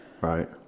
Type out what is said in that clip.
Right